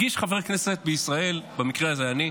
הגיש חבר כנסת בישראל, במקרה הזה אני,